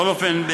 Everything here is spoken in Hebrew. בכל אופן,